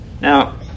Now